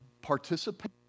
participate